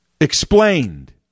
explained